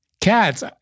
Cats